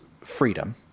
freedom